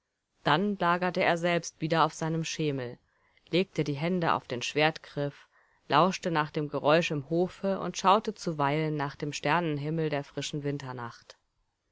dann lagerte er selbst wieder auf seinem schemel legte die hände auf den schwertgriff lauschte nach dem geräusch im hofe und schaute zuweilen nach dem sternenhimmel der frischen winternacht